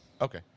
Okay